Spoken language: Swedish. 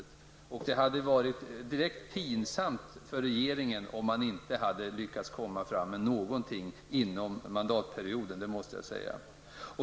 Jag måste säga att det hade varit direkt pinsamt för regeringen om den inte hade lyckats lägga fram någonting under denna mandatperiod.